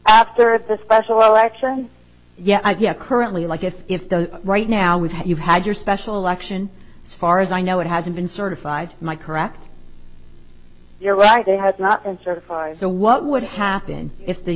after the special election yeah yeah currently like if if though right now we've you've had your special election as far as i know it hasn't been certified my correct you're right they have not and certified so what would happen if the